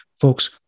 Folks